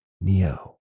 Neo